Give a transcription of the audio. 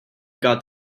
got